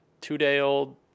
two-day-old